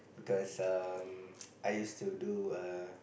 because some I used to do a